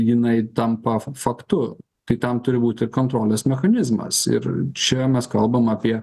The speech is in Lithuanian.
jinai tampa faktu tai tam turi būti kontrolės mechanizmas ir čia mes kalbam apie